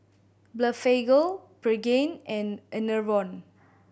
Blephagel Pregain and Enervon